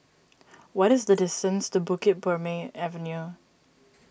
what is the distance to Bukit Purmei Avenue